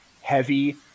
heavy